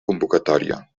convocatòria